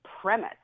premise